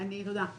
תודה.